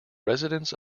residence